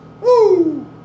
Woo